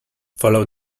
follow